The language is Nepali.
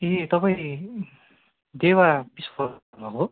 ए तपाईँ नि देवा बिश्वकर्म हो